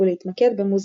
ולהתמקד במוזיקה.